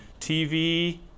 TV